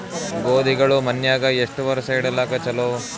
ಗೋಧಿಗಳು ಮನ್ಯಾಗ ಎಷ್ಟು ವರ್ಷ ಇಡಲಾಕ ಚಲೋ?